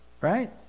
Right